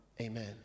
Amen